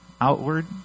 outward